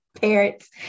Parents